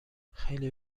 خیلی